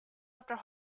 after